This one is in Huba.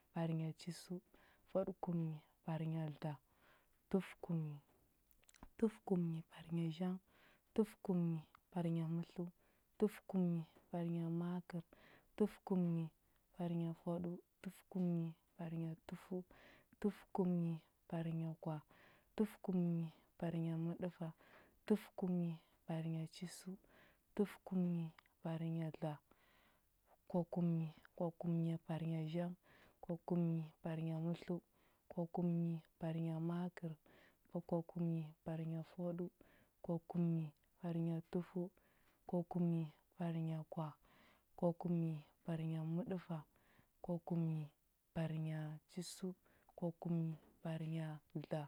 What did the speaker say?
Fwaɗəkumnyi parnya chisəu, fwaɗəkumnyi parnya dla, tufəkumnyi. Tufəkumnyi parnya zhang, tufəkumnyi parnya mətləu, tufəkumnyi parnya makər, tufəkumnyi parnya fwaɗəu, tufəkumnyi parnya tufəu, tufəkumnyi parnya kwah, tufəkumnyi parnay məɗəfa, tufəkumnyi parnya chisəu, tufəkumnyi parnya dla, kwakumnyi. Kwakumnya parnya zhang, kwakumnyi parnya mətləu, kwakumnyi parnya makər, kwa kwakumnyi parnya fwaɗəu, kwakumnyi parnya tufəu, kwakumnyi parnya məɗəfa, kwakumnyi parnya chisəu, kwakumnyi parnya dla,